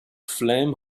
flame